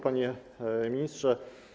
Panie Ministrze!